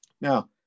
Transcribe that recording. Now